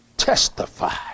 Testify